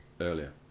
Earlier